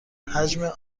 حجم